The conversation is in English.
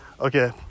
Okay